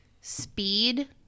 speed